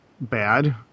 bad